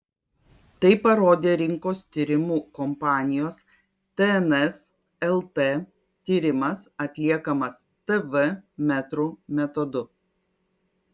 tai parodė rinkos tyrimų kompanijos tns lt tyrimas atliekamas tv metrų metodu